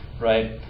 right